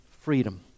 freedom